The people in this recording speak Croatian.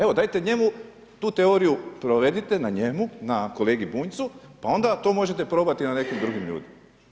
Evo dajte njemu tu teoriju provedite na njemu na kolegi Bunjcu pa onda to možete probati na nekim drugim ljudima.